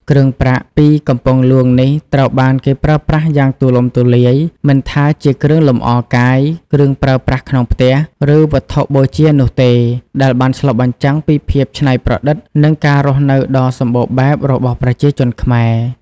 គ្រឿងប្រាក់ពីកំពង់ហ្លួងនេះត្រូវបានគេប្រើប្រាស់យ៉ាងទូលំទូលាយ មិនថាជាគ្រឿងលម្អកាយ គ្រឿងប្រើប្រាស់ក្នុងផ្ទះ ឬវត្ថុបូជានោះទេ ដែលបានឆ្លុះបញ្ចាំងពីភាពច្នៃប្រឌិត និងការរស់នៅដ៏សម្បូរបែបរបស់ប្រជាជនខ្មែរ។